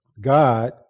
God